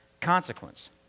consequence